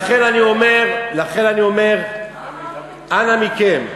לכן אני אומר: אנא מכם,